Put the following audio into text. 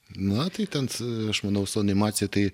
na tai ten aš manau su animacija tai